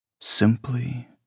Simply